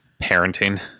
Parenting